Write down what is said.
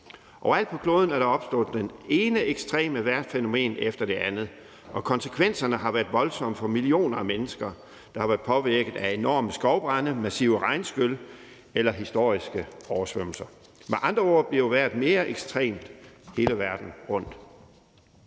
Overalt på kloden er der opstået det ene ekstreme vejrfænomen efter det andet, og konsekvenserne har været voldsomme for millioner af mennesker, der har været påvirket af enorme skovbrande, massive regnskyl eller historiske oversvømmelser. Med andre ord bliver vejret mere ekstremt hele verden rundt,